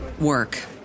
work